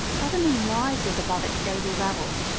suddenly rises above its daily level,